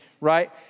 right